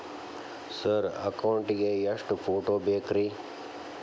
Sir account ಗೇ ಎಷ್ಟು photo ಬೇಕ್ರಿ?